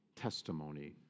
testimony